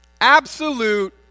absolute